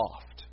soft